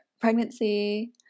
pregnancy